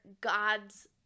God's